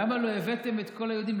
למה לא הבאתם את כל היהודים?